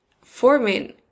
forming